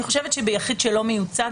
אני חושבת שביחיד שאינו מיוצג,